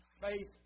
faith